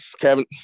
Kevin –